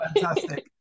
fantastic